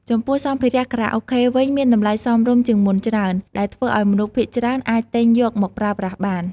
ចំពោះសម្ភារៈខារ៉ាអូខេវិញ មានតម្លៃសមរម្យជាងមុនច្រើន ដែលធ្វើឱ្យមនុស្សភាគច្រើនអាចទិញយកមកប្រើប្រាស់បាន។